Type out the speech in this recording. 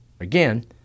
Again